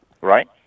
right